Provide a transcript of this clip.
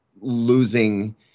losing